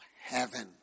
heaven